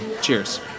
cheers